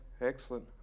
excellent